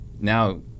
Now